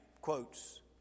quotes